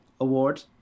award